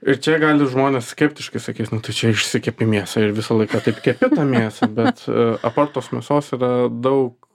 ir čia gali žmonės skeptiškai sakyt nu tai čia išsikepei mėsą ir visą laiką taip kepi mėsą bet apart tos mėsos yra daug